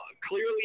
clearly